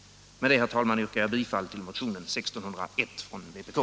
Med det anförda, herr talman, yrkar jag bifall till reservationen.